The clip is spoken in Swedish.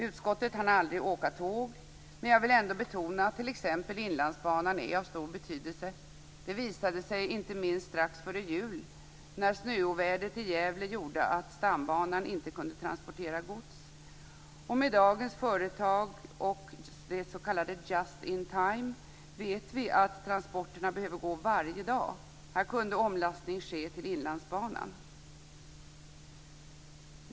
Utskottet hann aldrig åka tåg, men jag vill ändå betona att t.ex. Inlandsbanan är av stor betydelse. Det visade sig inte minst strax före jul när snöovädret i Gävle gjorde att stambanan inte kunde transportera gods. Med dagens företag och det s.k. just in timesystemet behöver transporterna gå varje dag. Här kunde omlastning ske till Inlandsbanan.